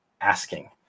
asking